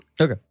Okay